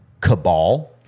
cabal